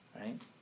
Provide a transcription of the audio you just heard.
Right